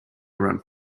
around